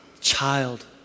child